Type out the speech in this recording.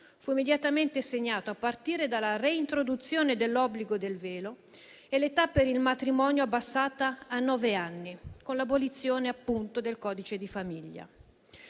fu immediatamente segnato, a partire dalla reintroduzione dell'obbligo del velo e dall'abbassamento dell'età per il matrimonio a nove anni, con l'abolizione appunto del codice di famiglia.